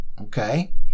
Okay